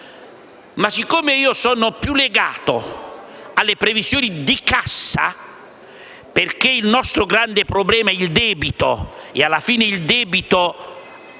Ma siccome io sono più legato alle previsioni di cassa, perché il nostro grande problema è il debito e alla fine il debito